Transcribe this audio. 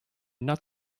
not